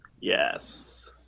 Yes